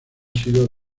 sido